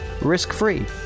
risk-free